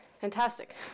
fantastic